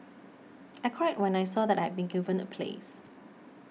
I cried when I saw that I had been given a place